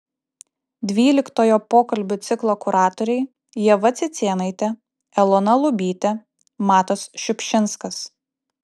dvyliktojo pokalbių ciklo kuratoriai ieva cicėnaitė elona lubytė matas šiupšinskas